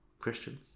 Christians